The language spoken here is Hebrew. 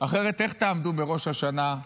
אחרת איך תעמדו בראש השנה?